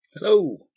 Hello